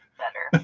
better